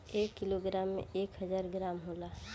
एक किलोग्राम में एक हजार ग्राम होला